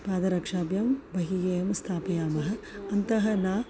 पादरक्षाभ्यां बहिः एव स्थापयामः अन्तः न